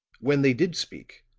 when they did speak,